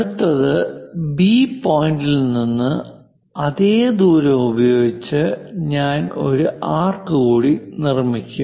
അടുത്തത് ബി പോയിന്റിൽ നിന്ന് അതേ ദൂരം ഉപയോഗിച്ച് ഒരു ഞാൻ ഒരു ആർക്ക് കൂടി നിർമ്മിക്കും